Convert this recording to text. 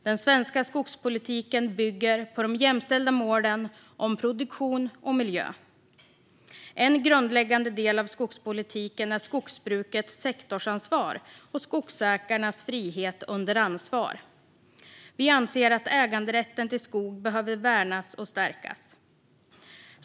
Den svenska skogspolitiken bygger på de jämställda målen om produktion och miljö. En grundläggande del av skogspolitiken är skogsbrukets sektorsansvar och skogsägarnas frihet under ansvar. Vi anser att äganderätten till skog behöver värnas och stärkas.